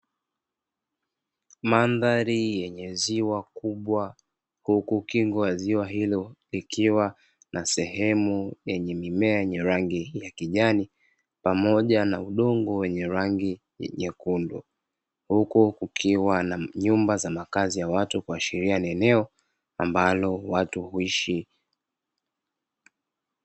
Mandhari yenye ziwa kubwa huku kingo ya ziwa hilo kukiwa na sehemu yenye mimea yenye rangi ya kijani pamoja na udongo wenye rangi nyekundu. Huku kukiwa na nyumba za makazi ya watu kuashiria ni eneo ambalo watu huishi.